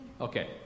Okay